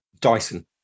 Dyson